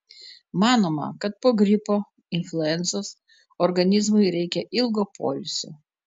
manoma kad po gripo influencos organizmui reikia ilgo poilsio